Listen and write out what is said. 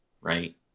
right